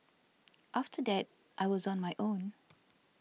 after that I was on my own